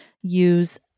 use